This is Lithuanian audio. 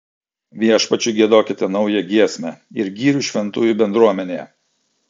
viešpačiui giedokite naują giesmę ir gyrių šventųjų bendruomenėje